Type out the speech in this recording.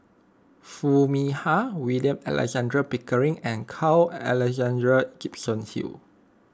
Foo Mee Har William Alexander Pickering and Carl Alexander Gibson Hill